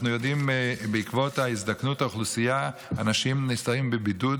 בעקבות הזדקנות האוכלוסייה אנשים חיים בבדידות,